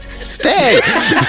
Stay